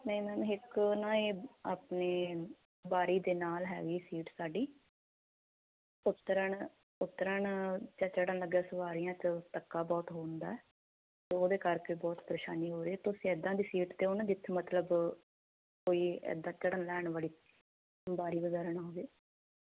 ਨਹੀਂ ਮੈਮ ਇਕ ਨਾ ਇਹ ਆਪਣੇ ਬਾਰੀ ਦੇ ਨਾਲ ਹੈਗੀ ਸੀਟ ਸਾਡੀ ਉਤਰਨ ਉਤਰਨ ਜਾਂ ਚੜਨ ਲੱਗਿਆ ਸਵਾਰੀਆ ਚ ਧੱਕਾ ਬਹੁਤ ਹੁੰਦਾ ਤਾਂ ਉਹਦੇ ਕਰਕੇ ਬਹੁਤ ਪ੍ਰੇਸ਼ਾਨੀ ਹੋ ਰਹੀ ਆ ਤੁਸੀਂ ਐਦਾਂ ਦੀ ਸੀਟ ਦਿਓ ਨਾ ਜਿੱਥੇ ਮਤਲਵ ਕੋਈ ਐਦਾਂ ਚੜਨ ਲੈਣ ਵੜੀ ਵਾਰੀ ਵਗੈਰਾ ਨਾ ਹੋਵੇ